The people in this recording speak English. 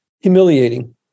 Humiliating